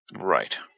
right